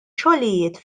xogħlijiet